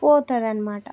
పోతుందన్నమాట